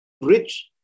rich